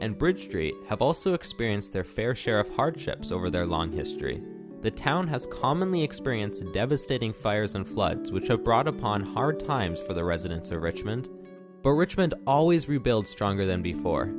and bridge street have also experienced their fair share of hardships over their long history the town has commonly experienced a devastating fires and floods which took brought upon hard times for the residents of richmond but richmond always rebuild stronger than before